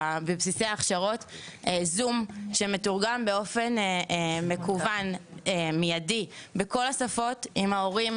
בבסיסי ההכשרות זום שמתורגם באופן מקוון מיידי בכל השפות עם ההורים.